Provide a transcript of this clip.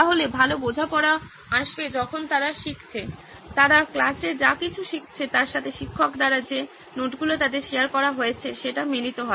তাহলে ভালো বোঝাপড়া আসবে যখন তারা শিখছে তারা ক্লাসে যা কিছু শিখছে তার সাথে শিক্ষক দ্বারা যে নোটগুলি তাদের শেয়ার করা হয়েছে সেটা মিলিত হয়